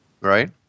Right